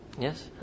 Yes